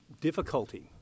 difficulty